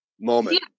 moment